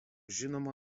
žinoma